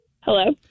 Hello